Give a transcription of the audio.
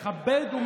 מכבד.